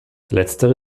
letztere